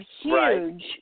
huge